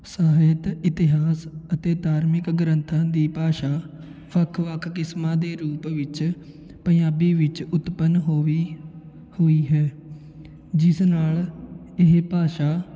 ਸਾਹਿਤ ਇਤਿਹਾਸ ਅਤੇ ਧਾਰਮਿਕ ਗ੍ਰੰਥਾਂ ਦੀ ਭਾਸ਼ਾ ਵੱਖ ਵੱਖ ਕਿਸਮਾਂ ਦੇ ਰੂਪ ਵਿੱਚ ਪੰਜਾਬੀ ਵਿੱਚ ਉਤਪੰਨ ਹੋਵੀ ਹੋਈ ਹੈ ਜਿਸ ਨਾਲ ਇਹ ਭਾਸ਼ਾ